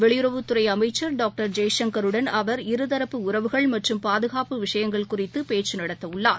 வெளியுறவுத்துறை அமைச்சர் டாக்டர் ஜெய்சங்கருடன் அவர் இருதரப்பு உறவுகள் மற்றம் பாதுகாப்பு விஷயங்கள் குறித்து பேச்சு நடத்த உள்ளார்